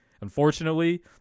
Unfortunately